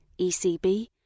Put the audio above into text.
ECB